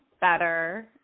better